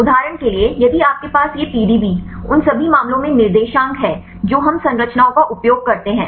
उदाहरण के लिए यदि आपके पास ये पीडीबी उन सभी मामलों में निर्देशांक है जो हम संरचनाओं का उपयोग करते हैं